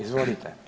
Izvolite.